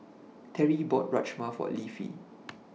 Teri bought Rajma For Leafy